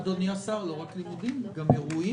אדוני השר, לא רק לימודים אלא גם אירועים.